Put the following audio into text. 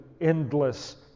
endless